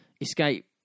escape